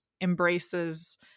embraces